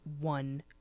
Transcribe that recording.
one